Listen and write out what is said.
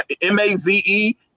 M-A-Z-E